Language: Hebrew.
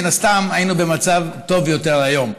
מן הסתם היינו במצב טוב יותר היום.